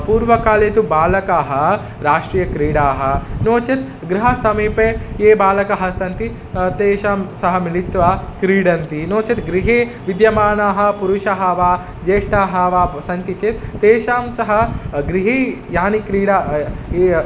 पूर्वकाले तु बालकाः राष्ट्रीयक्रीडाः नो चेत् गृहसमीपे ये बालकाः सन्ति तेषां सह मिलित्वा क्रीडन्ति नो चेत् गृहे विद्यमानाः पुरुषाः वा ज्येष्ठाः वा व सन्ति चेत् तेषां सह गृहे याः क्रीडा ये